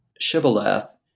Shibboleth